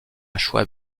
choix